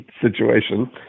situation